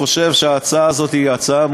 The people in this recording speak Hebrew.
אני חושב שההצעה הזאת מאוזנת,